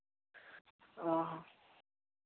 ᱚᱸᱻ